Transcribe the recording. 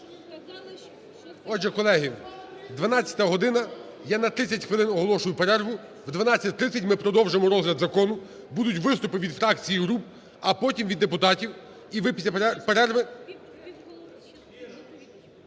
Отже, колеги, 12 година, я на 30 хвилин оголошую перерву. О 12:30 ми продовжимо розгляд закону, будуть виступи від фракцій і груп, а потім від депутатів. І ви після перерви...